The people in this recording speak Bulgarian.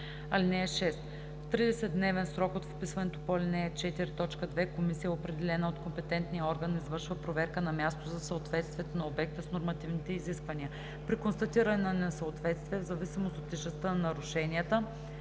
„(6) В 30-дневен срок от вписването по ал. 4, т. 2 комисия, определена от компетентния орган, извършва проверка на място за съответствието на обекта с нормативните изисквания. При констатиране на несъответствие, в зависимост от тежестта на нарушенията: